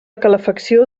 calefacció